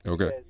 Okay